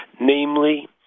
Namely